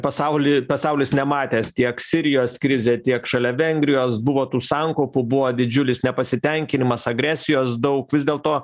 pasauly pasaulis nematęs tiek sirijos krizė tiek šalia vengrijos buvo tų sankaupų buvo didžiulis nepasitenkinimas agresijos daug vis dėlto